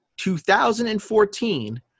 2014